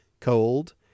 cold